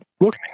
look